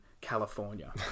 California